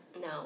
no